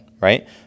right